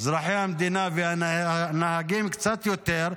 אזרחי המדינה, והנהגים קצת יותר,